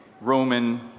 Roman